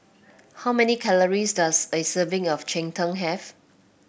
how many calories does a serving of Cheng Tng have